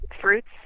fruits